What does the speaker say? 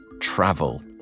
Travel